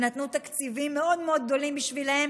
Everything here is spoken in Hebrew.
ונתנו תקציבים מאוד מאוד גדולים בשבילם.